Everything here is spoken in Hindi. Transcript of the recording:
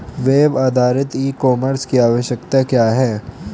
वेब आधारित ई कॉमर्स की आवश्यकता क्या है?